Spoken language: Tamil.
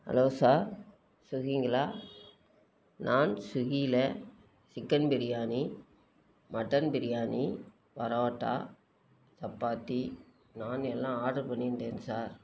ஹலோ சார் சுகிங்களா நான் சுகியில் சிக்கன் பிரியாணி மட்டன் பிரியாணி பரோட்டா சப்பாத்தி நாண் எல்லாம் ஆர்டர் பண்ணியிருந்தேன் சார்